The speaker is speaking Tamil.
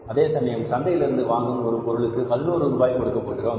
அதேசமயம் சந்தையிலிருந்து வாங்கும் அந்த பொருளுக்கு 11 ரூபாய் கொடுக்கிறோம்